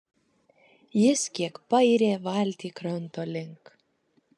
jis kiek payrė valtį kranto link